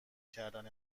کردن